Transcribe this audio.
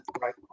Right